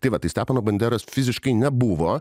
tai va tai stepono banderos fiziškai nebuvo